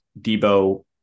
Debo